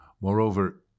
Moreover